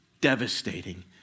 devastating